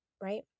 right